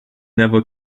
never